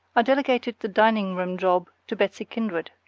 i delegated the dining room job to betsy kindred.